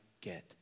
get